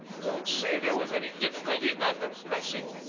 don't say there was any difficulty about the blessing.